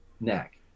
neck